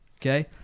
okay